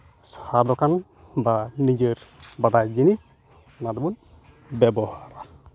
ᱥᱟᱨ ᱫᱳᱠᱟᱱ ᱵᱟ ᱱᱤᱡᱮᱨ ᱵᱟᱰᱟᱭ ᱡᱤᱱᱤᱥ ᱚᱱᱟ ᱫᱚᱵᱚᱱ ᱵᱮᱵᱚᱦᱟᱨᱟ